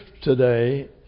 today